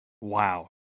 wow